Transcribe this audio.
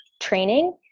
training